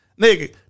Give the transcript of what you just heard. nigga